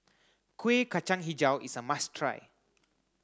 Kuih Kacang Hijau is a must try